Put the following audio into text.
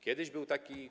Kiedyś był taki.